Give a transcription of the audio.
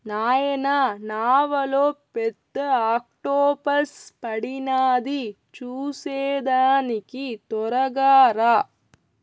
నాయనా నావలో పెద్ద ఆక్టోపస్ పడినాది చూసేదానికి తొరగా రా